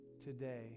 today